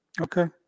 Okay